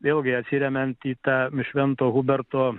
vėlgi atsiremiant į tą švento huberto